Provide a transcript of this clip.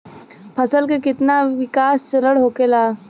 फसल के कितना विकास चरण होखेला?